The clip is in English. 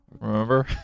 remember